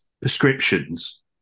prescriptions